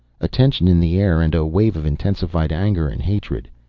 a tension in the air and a wave of intensified anger and hatred.